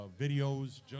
videos